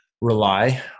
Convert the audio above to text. rely